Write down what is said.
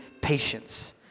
patience